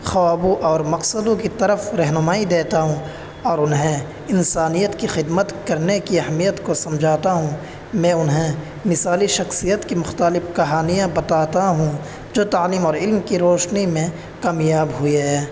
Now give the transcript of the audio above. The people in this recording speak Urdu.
خوابوں اور مقصدوں کی طرف رہنمائی دیتا ہوں اور انہیں انسانیت کی خدمت کرنے کی اہمیت کو سمجھاتا ہوں میں انہیں مثالی شخصیت کی مختالف کہانیاں بتاتا ہوں جو تعلیم اور علم کی روشنی میں کامیاب ہوئی ہے